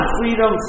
freedom